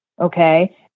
okay